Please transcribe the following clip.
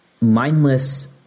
mindless